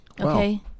Okay